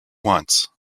wants